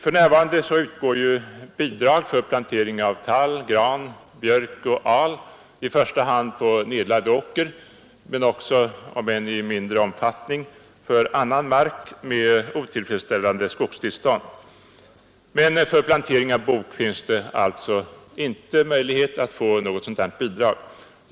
För närvarande utgår bidrag för plantering av tall, gran, björk och al i första hand på nedlagd åker men också, om än i mindre omfattning, på annan mark med otillfredsställande skogstillstånd, men för plantering av bok finns det alltså inte möjlighet att få något sådant bidrag.